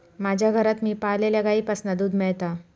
माज्या घरात मी पाळलल्या गाईंपासना दूध मेळता